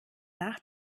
nach